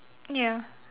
ya